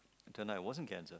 it turned out it wasn't cancer